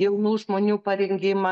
jaunų žmonių parengimą